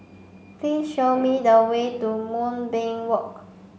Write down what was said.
please show me the way to Moonbeam Walk